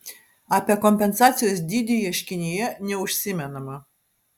apie kompensacijos dydį ieškinyje neužsimenama